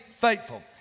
faithful